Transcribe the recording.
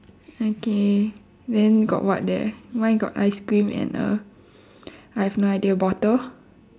okay then got what there mine got ice cream and uh I have no idea bottle